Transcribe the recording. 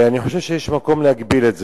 ואני חושב שיש מקום להגביל את זה.